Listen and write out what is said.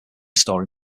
store